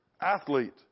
athlete